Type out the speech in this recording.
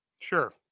Sure